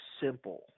simple